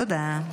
תודה.